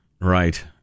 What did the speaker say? Right